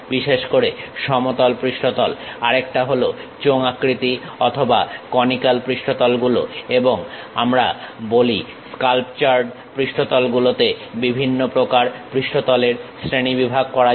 বিশেষ করে সমতল পৃষ্ঠ তল আরেকটা হল চোঙ আকৃতি অথবা কনিক্যাল পৃষ্ঠতল গুলো এবং আমরা বলি স্কাল্পচারড পৃষ্ঠতল গুলোতে বিভিন্ন প্রকার পৃষ্ঠতলের শ্রেণীবিভাগ করা হয়